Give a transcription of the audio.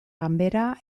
ganbera